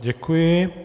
Děkuji.